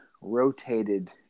rotated